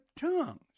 tongues